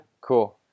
cool